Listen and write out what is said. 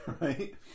Right